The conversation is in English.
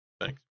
Thanks